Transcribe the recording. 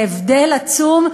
זה הבדל עצום,